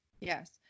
yes